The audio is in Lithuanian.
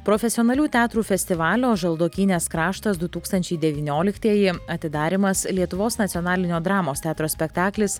profesionalių teatrų festivalio žaldokynės kraštas du tūkstančiai devynioliktieji atidarymas lietuvos nacionalinio dramos teatro spektaklis